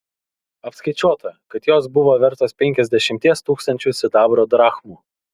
apskaičiuota kad jos buvo vertos penkiasdešimties tūkstančių sidabro drachmų